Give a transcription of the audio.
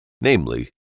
namely